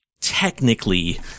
technically –